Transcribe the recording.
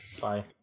Bye